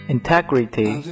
Integrity